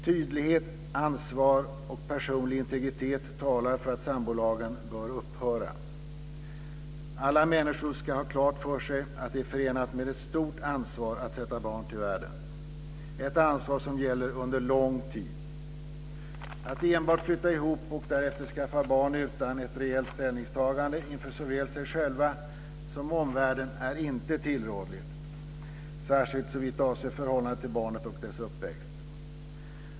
Tydlighet, ansvar och personlig integritet talar för att sambolagen bör upphöra. Alla människor ska ha klart för sig att det är förenat med ett stort ansvar att sätta barn till världen, ett ansvar som gäller under lång tid. Att människor enbart flyttar ihop och därefter skaffar barn utan ett rejält ställningstagande inför såväl sig själva som omvärlden är inte tillrådligt, särskilt såvitt avser förhållandet till barnet och dess uppväxt.